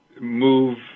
move